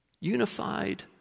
unified